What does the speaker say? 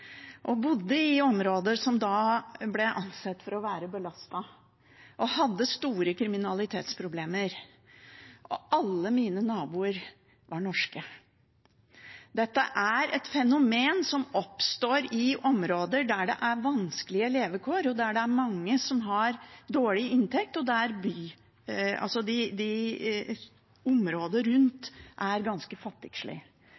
og bodde i områder som da ble ansett for å være belastet, og som hadde store kriminalitetsproblemer. Alle mine naboer var norske. Dette er et fenomen som oppstår i områder der det er vanskelige levekår, der det er mange som har dårlig inntekt, og der området